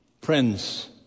prince